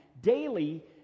daily